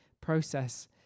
process